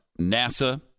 NASA